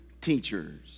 teachers